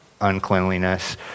uncleanliness